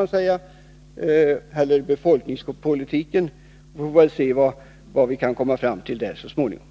Detta är en familjeoch befolkningspolitisk fråga. Vi får väl se vad vi kan komma fram till så småningom.